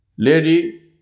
Lady